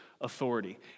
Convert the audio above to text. authority